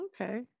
Okay